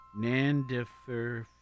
Nandifer